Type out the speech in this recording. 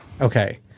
Okay